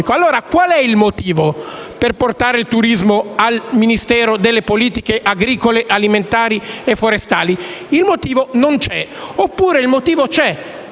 qual è il motivo per portare la competenza sul turismo nel Ministero delle politiche agricole, alimentari e forestali? Il motivo non c'è, oppure il motivo c'è